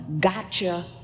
gotcha